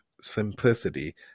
simplicity